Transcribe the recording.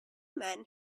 men